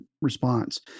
response